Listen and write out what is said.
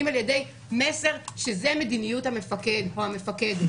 אם על ידי מסר שזו מדיניות המפקד או המפקדת,